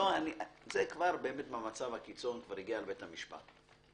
כבר במצב הקיצון, שכבר הגיע לבית המשפט.